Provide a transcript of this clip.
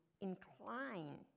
incline